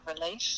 relief